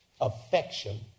affection